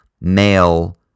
male